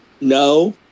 no